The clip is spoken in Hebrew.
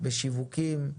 על שיווקים.